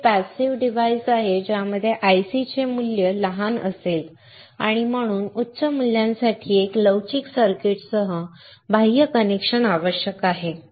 पुढे एक passive device आहे ज्यामध्ये ICs चे मूल्य लहान असेल आणि म्हणून उच्च मूल्यांसाठी एका लवचिक सर्किटसह बाह्य कनेक्शन आवश्यक आहे